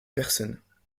personnes